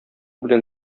белән